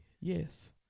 Yes